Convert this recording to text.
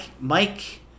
Mike